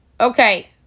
Okay